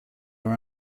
are